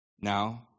Now